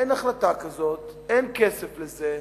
אין החלטה כזאת, אין כסף לזה,